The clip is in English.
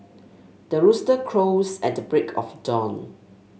the rooster crows at the break of dawn